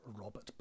Robert